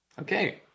Okay